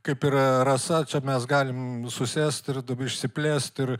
kaip yra rasa čia mes galim susėst ir db išsiplėsti ir